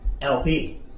LP